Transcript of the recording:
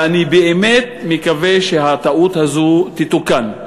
ואני באמת מקווה שהטעות הזאת תתוקן.